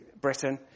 Britain